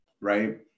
right